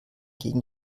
gegen